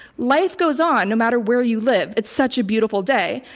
life goes on, no matter where you live. it's such a beautiful day,